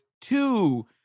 two